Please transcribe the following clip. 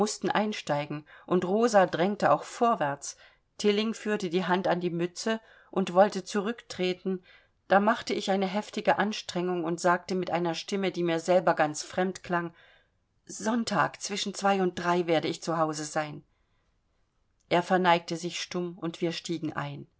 einsteigen und rosa drängte mich vorwärts tilling führte die hand an die mütze und wollte zurücktreten da machte ich eine heftige anstrengung und sagte mit einer stimme die mir selber ganz fremd klang sonntag zwischen zwei und drei werde ich zu hause sein er verneigte sich stumm und wir stiegen ein